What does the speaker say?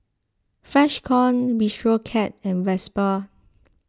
Freshkon Bistro Cat and Vespa